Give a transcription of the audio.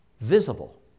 Visible